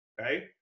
okay